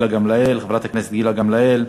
גילה גמליאל,